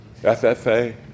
ffa